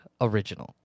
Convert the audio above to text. original